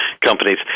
companies